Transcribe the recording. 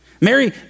Mary